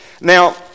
Now